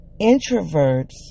introverts